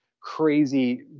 crazy